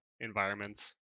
environments